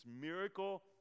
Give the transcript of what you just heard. miracle